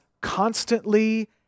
constantly